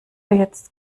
jetzt